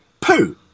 poo